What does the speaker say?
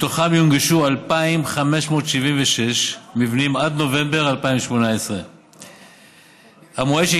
מתוכם יונגשו 2,576 מבנים עד נובמבר 2018. המועד,